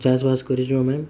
ଚାଷ୍ ବାସ୍ କରିଛୁ ଆମେ